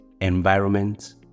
environment